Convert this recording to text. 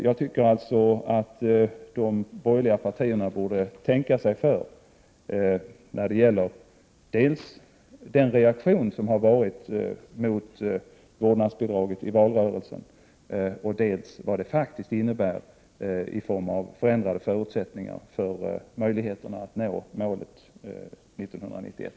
Jag tycker alltså att de borgerliga partierna borde tänka sig för när det gäller dels den reaktion som vårdnadsbidraget väckte under valrörelsen, dels vad detta faktiskt innebär i form av förändrade förutsättningar att nå målet 1991.